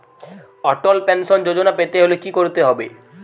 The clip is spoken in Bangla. অটল পেনশন যোজনা পেতে হলে কি করতে হবে?